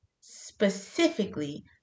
specifically